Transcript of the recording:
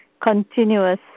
continuous